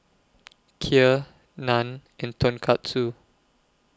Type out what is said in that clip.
Kheer Naan and Tonkatsu